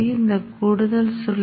மற்றும் PWM தொகுதி minus 0